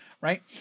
right